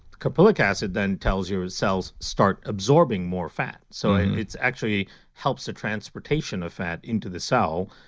caprylic acid then tells your cells start absorbing more fat. so, and it's actually helps the transportation of fat into the cell,